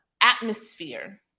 atmosphere